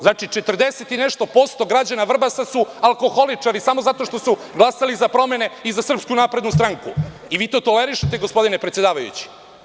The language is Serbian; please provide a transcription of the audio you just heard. Znači, 40 i nešto posto građana Vrbasa su alkoholičari, samo zato što su glasali za promene i za SNS i vi to tolerišete, gospodine predsedavajući.